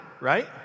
right